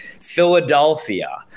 Philadelphia